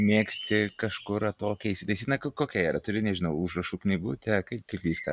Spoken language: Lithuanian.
mėgsti kažkur atokiai įsitaisyti na kokia yra turi nežinau užrašų knygutę kaip kaip vyksta